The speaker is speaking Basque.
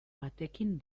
batekin